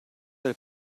del